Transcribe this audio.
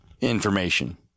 information